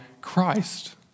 Christ